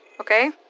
okay